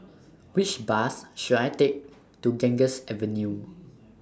Which Bus should I Take to Ganges Avenue